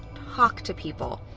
talk to people.